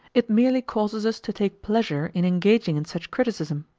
it merely causes us to take pleasure in engaging in such criticism,